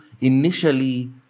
initially